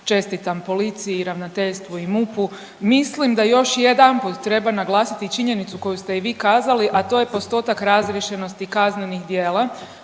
čestitam policiji i ravnateljstvu i MUP-u. Mislim da još jedanput treba naglasiti činjenicu koju ste i vi kazali, a to je postotak razriješenosti kaznenih djela.